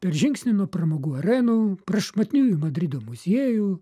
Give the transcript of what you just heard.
per žingsnį nuo pramogų arenų prašmatniųjų madrido muziejų